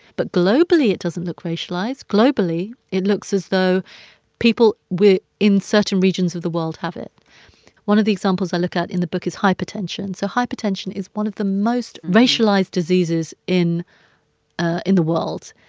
but globally, it doesn't look racialized. globally, it looks as though people in certain regions of the world have it one of the examples i look at in the book is hypertension. so hypertension is one of the most racialized diseases in ah in the world.